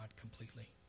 completely